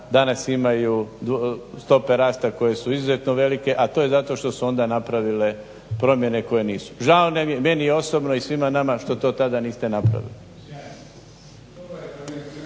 danas imaju stope rasta koje su izuzetno velike, a to je zato što su onda napravile promjene koje nisu. Žao nam je, meni osobno i svima nama što to tada niste napravili.